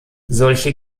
solche